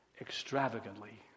extravagantly